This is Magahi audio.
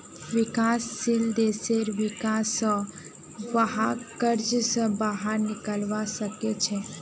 विकासशील देशेर विका स वहाक कर्ज स बाहर निकलवा सके छे